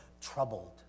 troubled